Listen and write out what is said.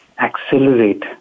accelerate